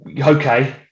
Okay